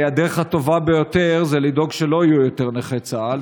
הדרך הטובה ביותר היא לדאוג שלא יהיו יותר נכי צה"ל.